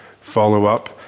follow-up